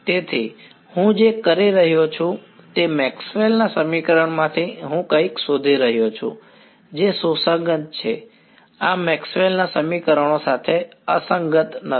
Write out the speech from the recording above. તેથી હું જે કરી રહ્યો છું તે મેક્સવેલ maxwell's ના સમીકરણમાંથી હું કંઈક શોધી રહ્યો છું જે સુસંગત છે આ મેક્સવેલ maxwell's ના સમીકરણો સાથે અસંગત નથી